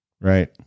Right